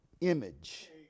image